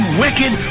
wicked